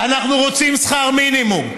אנחנו רוצים שכר מינימום,